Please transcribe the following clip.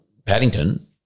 Paddington